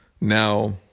Now